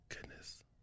Goodness